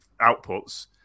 outputs